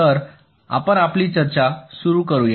तर आपण आपली चर्चा सुरु करूया